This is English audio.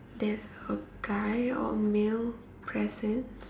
there's a guy or male presence